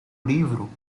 livro